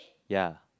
ya